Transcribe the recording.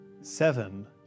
Seven